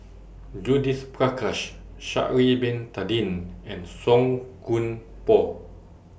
Judith Prakash Sha'Ari Bin Tadin and Song Koon Poh